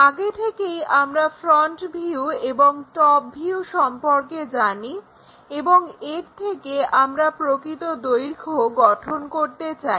আগে থেকেই আমরা ফ্রন্ট ভিউ এবং টপ ভিউ সম্পর্কে জানি এবং এর থেকে আমরা প্রকৃত দৈর্ঘ্য গঠন করতে চাই